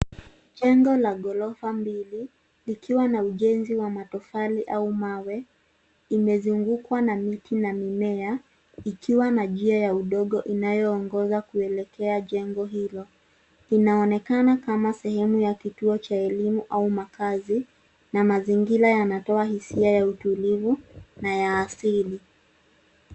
Jengo la ghorofa mbili likiwa na ujenzi wa matofali au mawe imezungukwa na miti na mimea ikiwa na njia ya udongo inayoongoza kuelekea jengo hilo. Inaonekana kama sehemu ya kituo cha elimu au makazi na mazingira yanatoa hisia ya utulivu na ya asili.